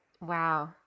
Wow